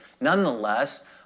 nonetheless